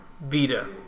Vita